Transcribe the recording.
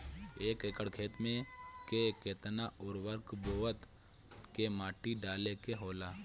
एक एकड़ खेत में के केतना उर्वरक बोअत के माटी डाले के होला?